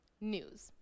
news